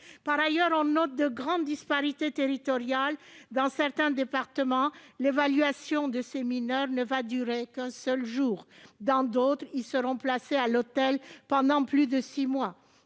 Par ailleurs, on note de grandes disparités territoriales : dans certains départements, l'évaluation de ces mineurs ne va durer qu'un seul jour ; dans d'autres, ils seront placés à l'hôtel pendant plus de six mois.